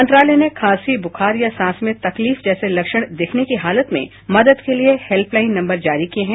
मंत्रालय ने खांसी बुखार या सांस में तकलीफ जैसे लक्षण दिखने की हालत में मदद के लिए हेल्पलाइन नम्बर जारी किये हैं